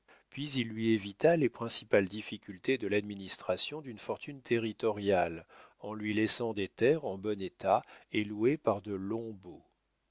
puis il lui évita les principales difficultés de l'administration d'une fortune territoriale en lui laissant des terres en bon état et louées par de longs